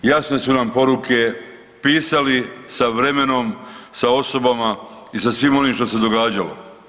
Jasne su nam poruke pisali sa vremenom, sa osobama i sa svim onim što se događalo.